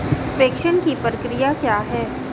प्रेषण की प्रक्रिया क्या है?